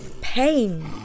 pain